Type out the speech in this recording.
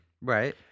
Right